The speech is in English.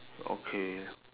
okay